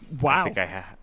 Wow